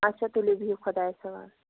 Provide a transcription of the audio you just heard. اَچھا تُلِو بِہِو خۄدایَس حَوال